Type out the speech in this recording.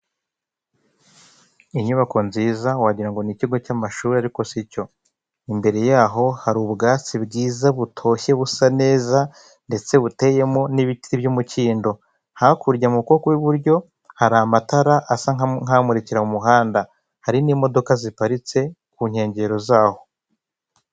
Inyubako nziza, wagira ngo ni ikigo cy'amashuri, ariko si cyo. Imbere yaho hari ubwatsi bwiza, butoshye, busa neza, ndetse buteyemo n'ibiti by'umukindo. Hakurya mu kuboko kw'iburyo hari amatara asa nk'amurikira mu muhanda. Hari n'imodoka ziparitse ku nkengero zaho.